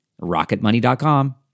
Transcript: Rocketmoney.com